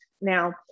Now